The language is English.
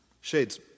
Shades